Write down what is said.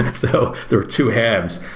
so there are two hands,